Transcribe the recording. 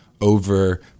over